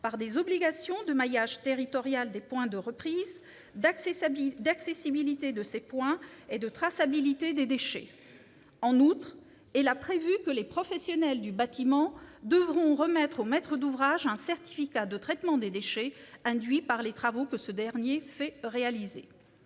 par des obligations de maillage territorial des points de reprise, d'accessibilité de ces points et de traçabilité des déchets. En outre, elle a prévu que les professionnels du bâtiment devront remettre au maître d'ouvrage un certificat de traitement des déchets induits par les travaux que ce dernier fait réaliser.